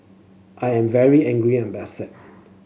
I am very angry and upset